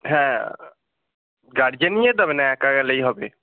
হ্যাঁ গার্জেন নিয়ে যেতে হবে না একা গেলেই হবে